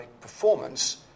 performance